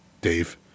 Dave